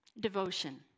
devotion